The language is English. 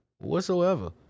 whatsoever